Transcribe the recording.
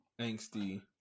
angsty